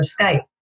Skype